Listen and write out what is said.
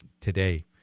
today